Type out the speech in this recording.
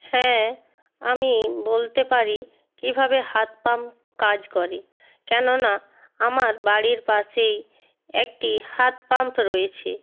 হ্যাঁ আমি বলতে পারি কীভাবে হাত পাম্প কাজ করে কেননা আমার বাড়ির পাশেই একটি হাত পাম্প রয়েছে